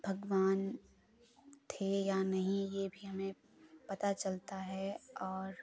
भगवान थे या नही ये भी हमें पता चलता है और